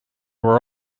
were